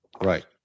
Right